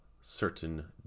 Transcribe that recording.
certain